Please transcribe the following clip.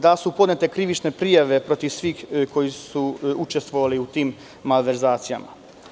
Da li su podnete krivične prijave protiv svih koji su učestvovali u tim malverzacijama?